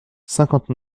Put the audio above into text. cinquante